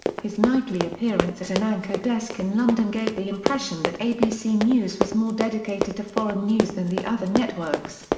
his nightly appearance at an anchor desk in london gave the impression that abc news was more dedicated to foreign news than the other networks.